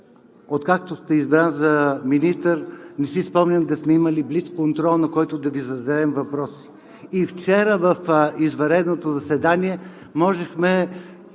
Откакто сте избран за министър, не си спомням да сме имали блицконтрол, на който да Ви зададем въпроси. И вчера на извънредното заседание можехме